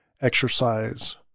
exercise